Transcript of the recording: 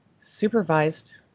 supervised